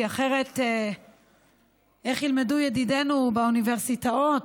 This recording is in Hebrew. כי אחרת איך ילמדו ידידינו באוניברסיטאות?